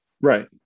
Right